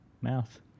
mouth